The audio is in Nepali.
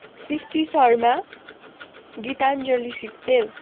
सृष्टि शर्मा गिताञ्जली सिग्देल